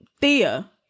Thea